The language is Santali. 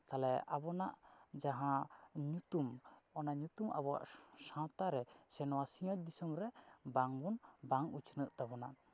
ᱛᱟᱦᱞᱮ ᱟᱵᱚᱱᱟᱜ ᱡᱟᱦᱟᱸ ᱧᱩᱛᱩᱢ ᱚᱱᱟ ᱧᱩᱛᱩᱢ ᱟᱵᱚᱣᱟᱜ ᱥᱟᱶᱛᱟ ᱨᱮ ᱥᱮ ᱱᱚᱣᱟ ᱥᱤᱧᱚᱛ ᱫᱤᱥᱚᱢ ᱨᱮ ᱵᱟᱝᱵᱚᱱ ᱵᱟᱝ ᱩᱪᱷᱱᱟᱹᱜ ᱛᱟᱵᱚᱱᱟ